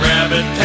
Rabbit